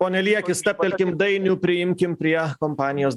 pone lieki stabtelkim dainių priimkim prie kompanijos